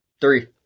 Three